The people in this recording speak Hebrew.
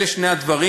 אלה שני הדברים.